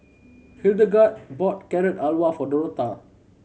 Hildegarde bought Carrot Halwa for Dorotha